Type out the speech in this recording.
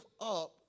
up